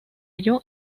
ello